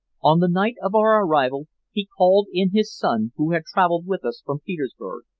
on the night of our arrival he called in his son, who had traveled with us from petersburg,